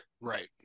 Right